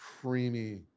creamy